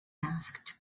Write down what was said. asked